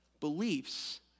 beliefs